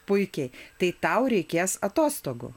puikiai tai tau reikės atostogų